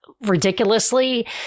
ridiculously